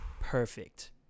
perfect